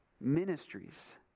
ministries